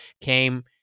came